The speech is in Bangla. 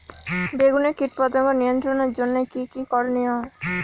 বেগুনে কীটপতঙ্গ নিয়ন্ত্রণের জন্য কি কী করনীয়?